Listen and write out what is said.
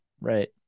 Right